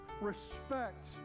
respect